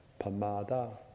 pamada